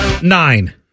Nine